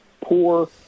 poor